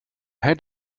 head